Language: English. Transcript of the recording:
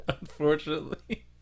Unfortunately